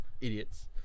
idiots